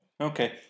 Okay